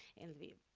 in lviv.